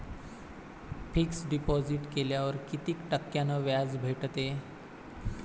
Fix deposit केल्यावर कितीक टक्क्यान व्याज भेटते?